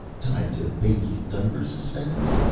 tied to baby's diaper suspenders.